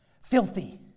Filthy